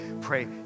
Pray